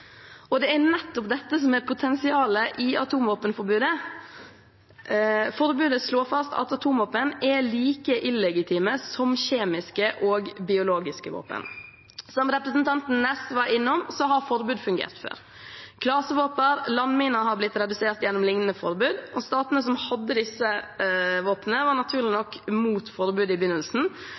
Det er nettopp dette som er potensialet i atomvåpenforbudet. Forbudet slår fast at atomvåpen er like illegitime som kjemiske og biologiske våpen. Som representanten Ness var inne på, har forbud fungert før. Klasevåpen og landminer har blitt redusert gjennom lignende forbud. Statene som hadde disse våpnene, var naturlig nok mot forbud i begynnelsen,